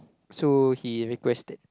so he requested